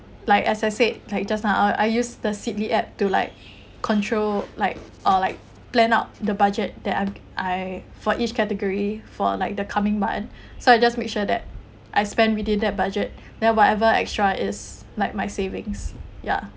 like as I said like just now I use the seedly app to like control like uh like plan out the budget that I I for each category for like the coming month so I just make sure that I spend within that budget then whatever extra is like my savings ya